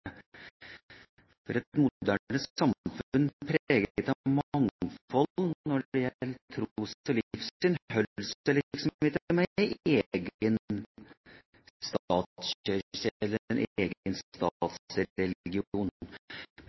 for dekonstruksjon av statskirken, og det er et spennende, vanskelig og nødvendig arbeid. Et moderne samfunn preget av mangfold når det gjelder